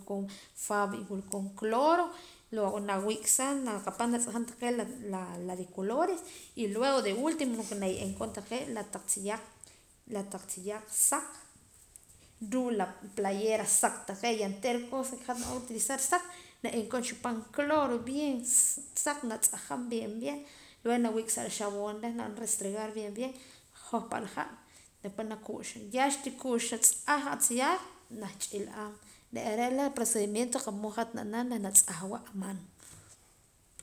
Wulkoon fab y wulkoon cloro nawiik' saam naqapaam la ri colores y lo último que na ye'eem koon taqee' re' la tziyaq la taq tziyaq saq ruu' la playera saq taqee' oontera la qa'sa na kooj saq na ye'eem koon chi paam cloro bien saq natz'ajaam bien bien luego nawii' koon sa axapoon na b'anan restregar bien bien hojpa' la ha' ya xtiku'xa sa tz'aj atziyaaq nach'iil a re' re' la procedimiento hat na naam reh na tz'ajwa pan apaat.